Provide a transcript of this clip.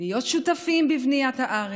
להיות שותפים בבניית הארץ,